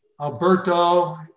Alberto